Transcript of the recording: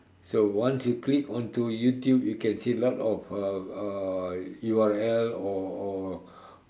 so once you click onto YouTube you can see a lot of uh uh U_R_L or or